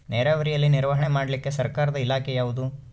ನೇರಾವರಿಯಲ್ಲಿ ನಿರ್ವಹಣೆ ಮಾಡಲಿಕ್ಕೆ ಸರ್ಕಾರದ ಇಲಾಖೆ ಯಾವುದು?